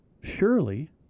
surely